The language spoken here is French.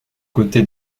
côté